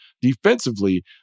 defensively